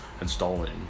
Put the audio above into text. installing